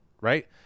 right